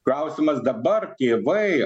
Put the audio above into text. klausimas dabar tėvai